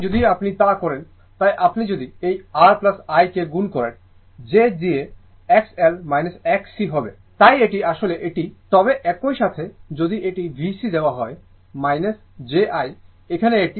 সুতরাং যদি আপনি তা করেন তাই আপনি যদি এই R I কে গুণ করেন j দিয়ে XL Xc হবে তাই এটি আসলে এটি তবে একই সাথে যদি এটি VC দেওয়া হয় j